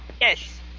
Yes